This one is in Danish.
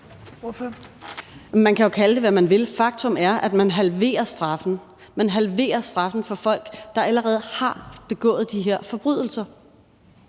Man kan jo kalde det, hvad man vil. Faktum er, at man halverer straffen. Man halverer straffen for folk, der allerede har begået de her forbrydelser.